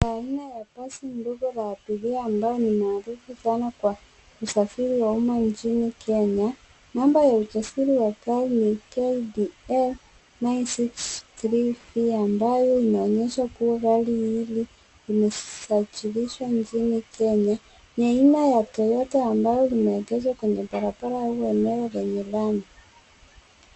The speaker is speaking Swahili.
Aina ya basi ndogo ya abiria ambayo ni nadhifu sana kwa usafiri wa umma nchini Kenya. Namba ya usajili wa gari ni KDF 963F, ambayo linaonyesha kuwa gari hili imesajilishwa nchini Kenya. Ni aina ya toyota ambayo limeegeshwa kwenye barabara huu wa eneo wa nidhamu.